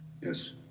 Yes